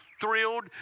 thrilled